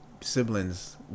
Siblings